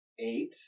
eight